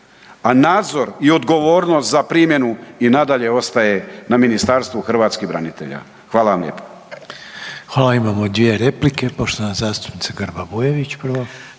a nadzor i odgovornost za primjenu i nadalje ostaje na Ministarstvu hrvatskih branitelja. Hvala vam lijepo. **Reiner, Željko (HDZ)** Hvala, imamo dvije replike. Poštovana zastupnica Grba Bujević prvo.